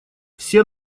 все